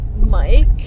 Mike